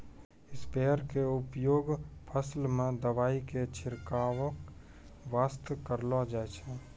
sprayer के उपयोग फसल मॅ दवाई के छिड़काब वास्तॅ करलो जाय छै